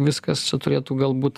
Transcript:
viskas turėtų galbūt